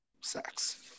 sex